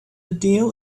deal